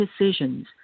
decisions